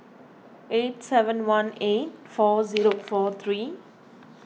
eight seven one eight four zero four three